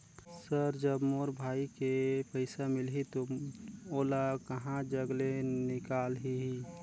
Sir जब मोर भाई के पइसा मिलही तो ओला कहा जग ले निकालिही?